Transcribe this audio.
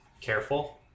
careful